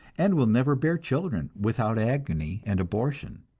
and will never bear children without agony and abortion.